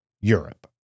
Europe